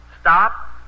stop